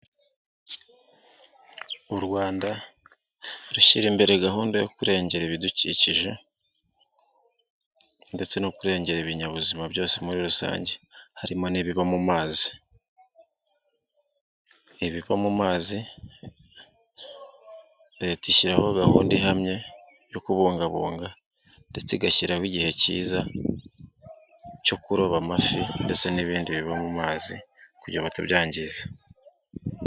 U Rwanda rushyira imbere gahunda yo kurengera ibidukikije, ndetse no kurengera ibinyazima byose muri rusange. Harimo n'ibiba mu mazi. Ibibazo mu mazi, Leta ishyiraho gahunda ihamye yo kubungabunga ndetse igashyiraho igihe cyiza cyo kuroba amafi, ndetse n'ibindi biba mu mazi kugira ngo batabyangiza.